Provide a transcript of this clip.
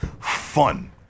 fun